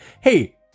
Hey